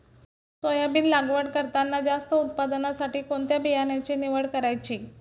Soybean लागवड करताना जास्त उत्पादनासाठी कोणत्या बियाण्याची निवड करायची?